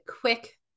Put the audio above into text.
quick